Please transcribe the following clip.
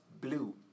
blue